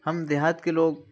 ہم دیہات کے لوگ